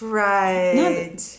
right